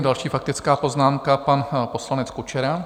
Další faktická poznámka, pan poslanec Kučera.